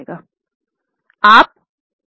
आप बस उस स्लाइड पर जाएंगे